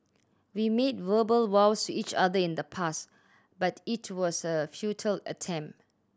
we made verbal vows each other in the past but it was a futile attempt